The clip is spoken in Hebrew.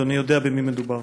אדוני יודע במי מדובר,